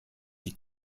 die